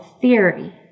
theory